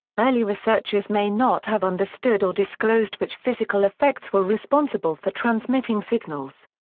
early researchers may not have understood or disclosed which physical effects were responsible for transmitting signals.